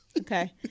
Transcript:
Okay